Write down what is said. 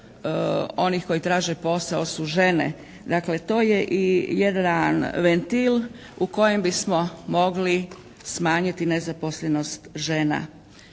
onih koji traže posao su žene. Dakle to je i jedan ventil u kojem bismo mogli smanjiti nezaposlenost žena